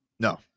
no